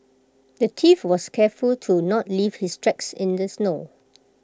the thief was careful to not leave his tracks in the snow